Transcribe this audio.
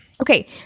Okay